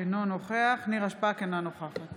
אינו נוכח נירה שפק, אינה נוכחת